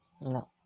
No